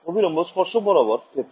ছাত্র ছাত্রীঃ অভিলম্ব